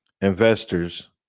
investors